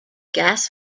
gas